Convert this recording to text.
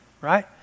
right